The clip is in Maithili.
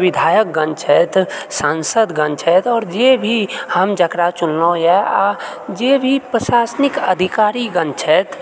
विधायकगण छथि सांसदगण छथि आओर जे भी हम जकरा चुनलहूँ यए आ जे भी प्रशासनिक अधिकारीगण छथि